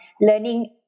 learning